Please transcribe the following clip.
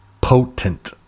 potent